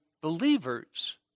believers